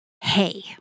hey